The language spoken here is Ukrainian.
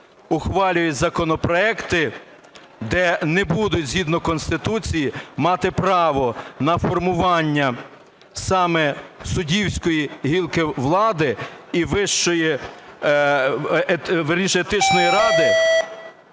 ухвалюють законопроекти, де не будуть згідно Конституції мати право на формування саме суддівської гілки влади, і вищої… вірніше, Етичної ради